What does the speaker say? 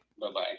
Bye-bye